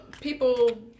people